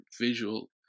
visual